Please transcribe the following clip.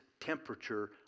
temperature